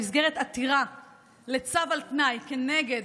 במסגרת עתירה לצו על תנאי כנגד